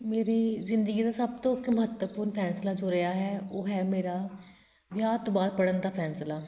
ਮੇਰੀ ਜ਼ਿੰਦਗੀ ਦਾ ਸਭ ਤੋਂ ਇੱਕ ਮਹੱਤਵਪੂਰਨ ਫੈਸਲਾ ਜੋ ਰਿਹਾ ਹੈ ਉਹ ਹੈ ਮੇਰਾ ਵਿਆਹ ਤੋਂ ਬਾਅਦ ਪੜ੍ਹਨ ਦਾ ਫੈਸਲਾ